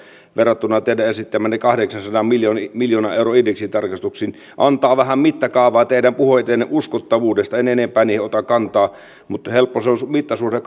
verrattuna teidän esittämäänne kahdeksansadan miljoonan euron indeksitarkistuksiin antaa vähän mittakaavaa teidän puheidenne uskottavuudesta en enempää niihin ota kantaa mutta helppo on mittasuhde